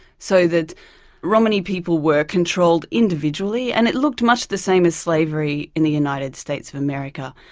so that romani people were controlled individually and it looked much the same as slavery in the united states of america.